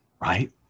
right